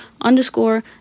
underscore